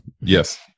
Yes